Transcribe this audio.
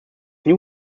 new